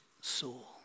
soul